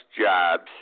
jobs